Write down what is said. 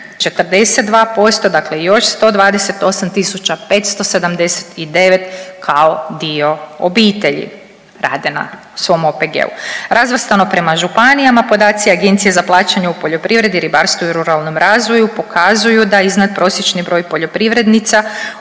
42% dakle 128.579 kao dio obitelji rade na svom OPG-u. Razvrstano prema županijama podaci Agencije za plaćanje u poljoprivredi, ribarstvu i ruralnom razvoju pokazuju da izvan prosječni broj poljoprivrednica u